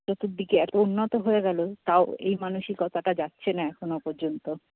চতুর্দিকে এত উন্নত হয়ে গেলো তাও এই মানসিকতাটা যাচ্ছে না এখনো পর্যন্ত